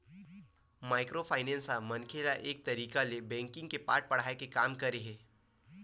micro finance ह मनखे मन ल एक तरिका ले बेंकिग के पाठ पड़हाय के काम करे हे